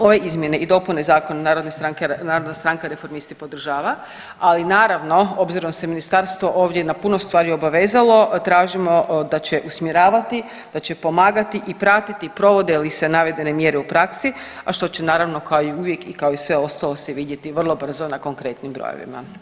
Ova, ove izmjene i dopune zakona Narodna stranka Reformisti podržava, ali naravno obzirom da se ministarstvo ovdje na puno stvari obavezalo tražimo da će usmjeravati, da će pomagati i pratiti provode li se navedene mjere u praksi, a što će naravno kao i uvijek i kao i sve ostalo se vidjeti vrlo brzo na konkretnim brojevima.